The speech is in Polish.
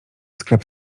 sklep